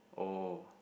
oh